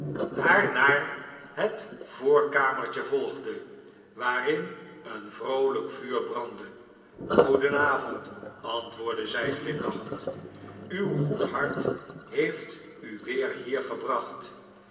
haar naar het voorkamertje volgde waarin een vroolijk vuur brandde goeden avond antwoordde zij glimlachend uw goed hart heeft u weer hier gebracht